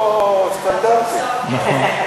נכון.